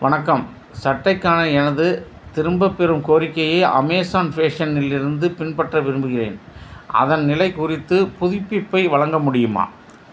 வணக்கம் சட்டைக்கான எனது திரும்பப்பெறும் கோரிக்கையை அமேசான் ஃபேஷன் இலிருந்து பின்பற்ற விரும்புகிறேன் அதன் நிலை குறித்து புதுப்பிப்பை வழங்க முடியுமா